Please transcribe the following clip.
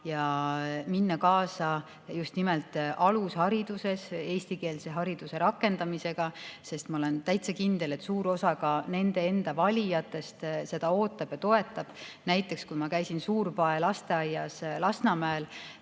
ja minna kaasa just nimelt alushariduses eestikeelse hariduse rakendamisega. Ma olen täitsa kindel, et suur osa ka nende valijatest seda ootab ja toetab. Näiteks, kui ma käisin Suur-Pae lasteaias Lasnamäel,